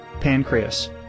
pancreas